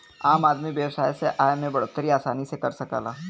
आम आदमी व्यवसाय से आय में बढ़ोतरी आसानी से कर सकला